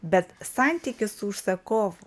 bet santykis su užsakovu